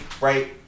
right